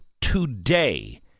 today